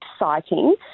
exciting